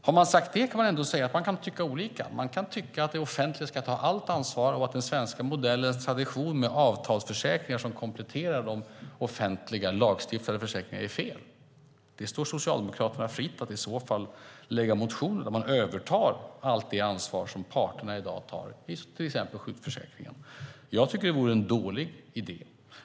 Har man sagt det kan man också säga att man kan tycka olika. Man kan tycka att det offentliga ska ta allt ansvar och att den svenska modellens tradition med avtalsförsäkringar som kompletterar de offentliga, lagstiftade försäkringarna är fel. Det står Socialdemokraterna fritt att i så fall väcka motioner om att överta allt det ansvar som parterna i dag tar för till exempel sjukförsäkringen. Jag tycker att det vore en dålig idé.